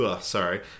Sorry